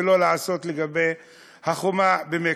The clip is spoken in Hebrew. ולא לעשות לגבי החומה במקסיקו.